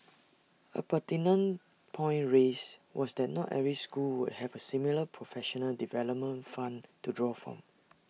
A pertinent point raised was that not every school would have A similar professional development fund to draw from